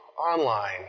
online